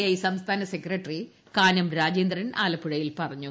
I സംസ്ഥാന സെക്രട്ടറി കാനം രാജേന്ദ്രൻ ആലപ്പുഴയിൽ പറഞ്ഞു